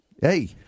Hey